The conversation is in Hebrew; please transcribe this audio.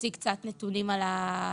ייתן קצת נתונים על התגמולים,